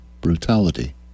brutality